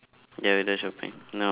ya without shopping no